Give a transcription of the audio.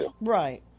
Right